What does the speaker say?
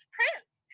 Prince